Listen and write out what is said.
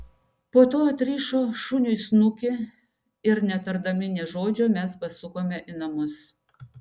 po to atrišo šuniui snukį ir netardami nė žodžio mes pasukome į namus